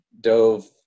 dove